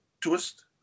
twist